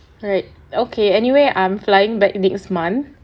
alright okay anyway I'm flying by next month